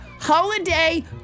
holiday